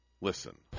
Listen